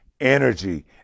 energy